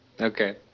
Okay